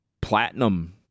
Platinum